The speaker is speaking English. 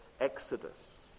Exodus